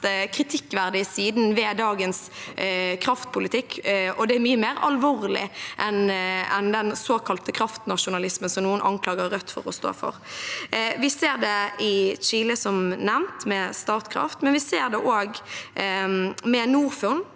kritikkverdige siden ved dagens kraftpolitikk, og det er mye mer alvorlig enn den såkalte kraftnasjonalismen som noen anklager Rødt for å stå for. Vi ser det i Chile, som nevnt, med Statkraft, men vi ser det også med Norfund.